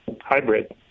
hybrid